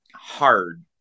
hard